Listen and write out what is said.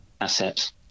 assets